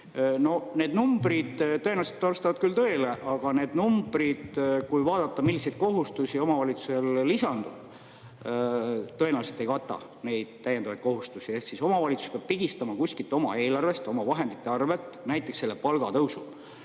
need numbrid tõenäoliselt vastavad küll tõele. Aga need numbrid – kui vaadata, milliseid kohustusi omavalitsusele lisandub – tõenäoliselt ei kata neid täiendavaid kohustusi. Ehk omavalitsus peab pigistama kuskilt oma eelarvest, omavahendite arvelt näiteks selle palgatõusu,